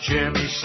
Jimmy